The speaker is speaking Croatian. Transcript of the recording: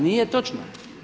Nije točno.